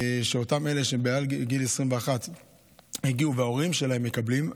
אותם אלה שמעל גיל 21 וההורים שלהם מקבלים,